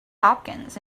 hopkins